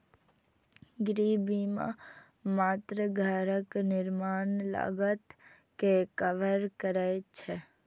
गृह बीमा मात्र घरक निर्माण लागत कें कवर करै छै